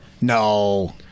No